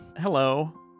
Hello